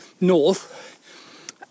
north